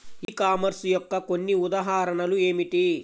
ఈ కామర్స్ యొక్క కొన్ని ఉదాహరణలు ఏమిటి?